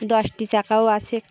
দশটি চাকাও আসে